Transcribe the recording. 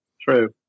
True